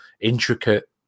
intricate